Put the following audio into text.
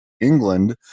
England